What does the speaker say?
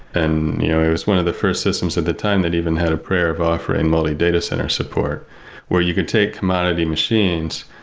and you know it was one of the first systems at the time that even had a prayer of offering multi-data center support where you could take commodity machines,